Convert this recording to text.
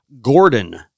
Gordon